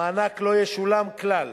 המענק לא ישולם כלל,